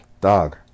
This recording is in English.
dog